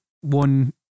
one